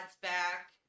back